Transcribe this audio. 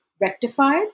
rectified